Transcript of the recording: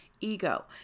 ego